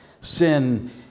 Sin